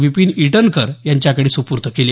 विपीन ईटनकर यांच्याकडे सुपूर्द केले